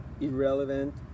irrelevant